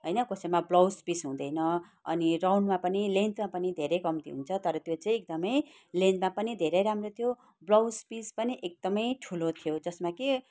होइन कसैमा blouse piece हुँदैन अनि राउन्डमा पनि लेन्थमा पनि धेरै कम्ति हुन्छ तर त्यो चाहिँ एकदमै लेन्थमा पनि धेरै राम्रो थियो ब्लाउज पिस पनि एकदमै ठुलो थियो जसमा कि